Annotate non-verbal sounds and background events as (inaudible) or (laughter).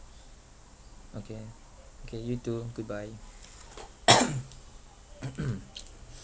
okay okay you too goodbye (coughs) (noise)